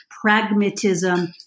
pragmatism